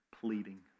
pleading